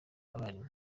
abarimu